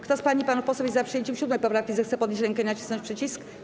Kto z pań i panów posłów jest za przyjęciem 7. poprawki, zechce podnieść rękę i nacisnąć przycisk.